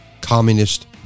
communist